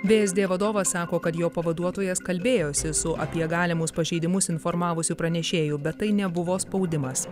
vsd vadovas sako kad jo pavaduotojas kalbėjosi su apie galimus pažeidimus informavusiu pranešėju bet tai nebuvo spaudimas